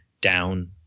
down